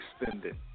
extended